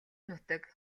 нутаг